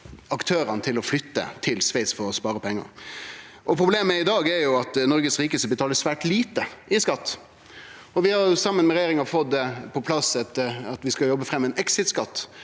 aktørane til å flytte til Sveits for å spare pengar. Problemet i dag er at dei rikaste i Noreg betaler svært lite i skatt. Vi har saman med regjeringa fått på plass at vi skal jobbe fram ein exit-skatt,